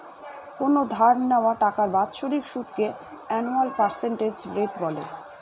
কোনো ধার নেওয়া টাকার বাৎসরিক সুদকে আনুয়াল পার্সেন্টেজ রেট বলে